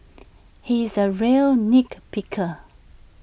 he is A real nit picker